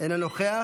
אינו נוכח,